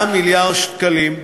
יגדל משמעותית, בכ-4 מיליארד שקלים,